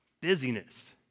busyness